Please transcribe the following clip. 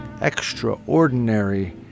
extraordinary